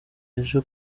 ejo